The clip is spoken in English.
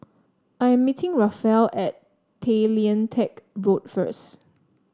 I am meeting Rafael at Tay Lian Teck Road first